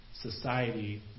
society